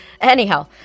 Anyhow